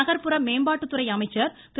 நகர்புற மேம்பாட்டுத்துறை அமைச்சர் திரு